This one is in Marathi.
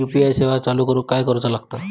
यू.पी.आय सेवा चालू करूक काय करूचा लागता?